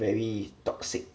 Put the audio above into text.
very toxic